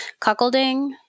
cuckolding